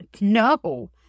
no